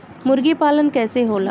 मुर्गी पालन कैसे होला?